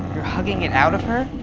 you're hugging it out of her?